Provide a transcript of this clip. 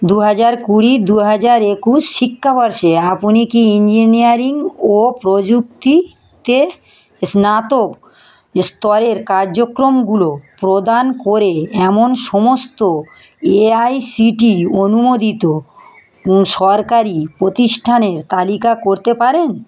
দু হাজার কুড়ি দু হাজার একুশ শিক্ষাবর্ষে আপনি কি ইঞ্জিনিয়ারিং ও প্রযুক্তিতে স্নাতক স্তরের কার্যক্রমগুলো প্রদান করে এমন সমস্ত এআইসিটিই অনুমোদিত সরকারি প্রতিষ্ঠানের তালিকা করতে পারেন